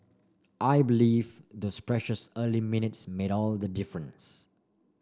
I believe those precious early minutes made all the difference